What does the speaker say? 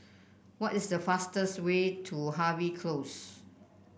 what is the fastest way to Harvey Close